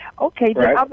Okay